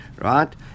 Right